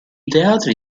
teatri